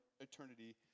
eternity